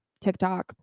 TikTok